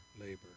labor